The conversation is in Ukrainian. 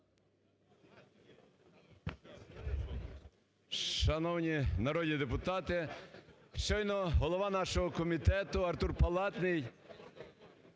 Шановні народні депутати, щойно голова нашого комітету Артур Палатний